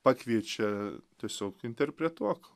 pakviečia tiesiog interpretuok